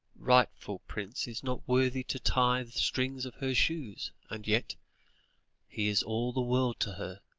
rightful prince is not worthy to tie the strings of her shoes, and yet he is all the world to her.